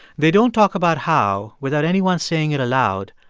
they don't talk about how, without anyone saying it aloud,